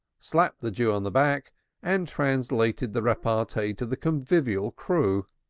slapped the jew on the back and translated the repartee to the convivial crew.